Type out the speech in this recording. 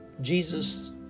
Jesus